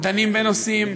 דנים בנושאים,